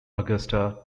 augusta